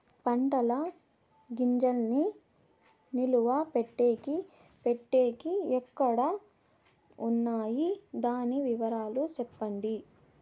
పంటల గింజల్ని నిలువ పెట్టేకి పెట్టేకి ఎక్కడ వున్నాయి? దాని వివరాలు సెప్పండి?